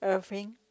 Irving